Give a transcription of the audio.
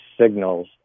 signals